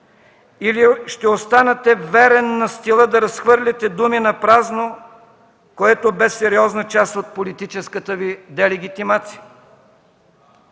или ще останете верен на стила да разхвърляте думи напразно, което бе сериозна част от политическата Ви делегитимация?